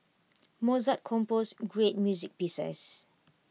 Mozart composed great music pieces